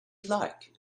like